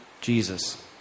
Jesus